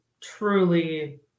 truly